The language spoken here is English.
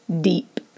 deep